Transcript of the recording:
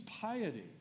piety